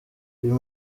uyu